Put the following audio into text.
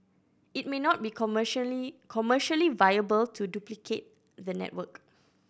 it may not be commercially commercially viable to duplicate the network